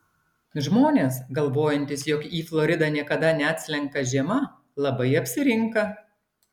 žmonės galvojantys jog į floridą niekada neatslenka žiema labai apsirinka